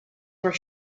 were